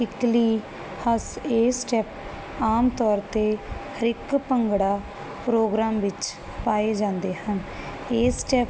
ਕਿੱਕਲੀ ਹੱਸ ਇਸ ਸਟੈਪ ਆਮ ਤੌਰ ਤੇ ਹਰ ਇੱਕ ਭੰਗੜਾ ਪ੍ਰੋਗਰਾਮ ਵਿੱਚ ਪਾਏ ਜਾਂਦੇ ਹਨ ਇਸ ਚੈ